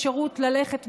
אפשרות ללכת,